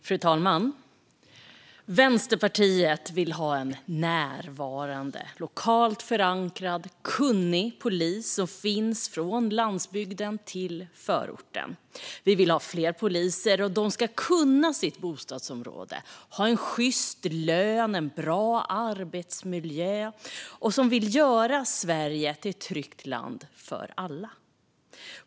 Fru talman! Vi i Vänsterpartiet vill ha en närvarande, lokalt förankrad och kunnig polis som finns från landsbygden till förorten. Vi vill ha fler poliser. De ska kunna sitt bostadsområde, ha en sjyst lön och en bra arbetsmiljö och vilja göra Sverige till ett tryggt land för alla.